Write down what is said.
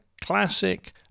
classic